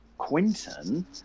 quinton